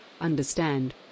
understand